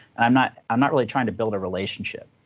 i'm not i'm not really trying to build a relationship.